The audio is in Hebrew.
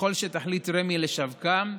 ככל שתחליט רמ"י לשווקם,